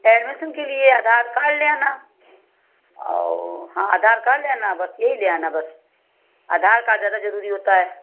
admission के लिए Aadhaar card ले आना और हाँ आधार कार्ड ले आना बस यही ले आना बस आधार कार्ड ज़्यादा ज़रूरी होता है